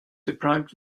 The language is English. deprived